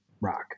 Rock